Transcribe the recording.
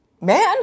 man